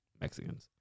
Mexicans